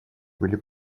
были